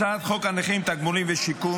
הצעת חוק הנכים (תגמולים ושיקום)